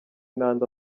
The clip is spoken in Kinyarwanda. n’andi